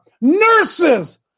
Nurses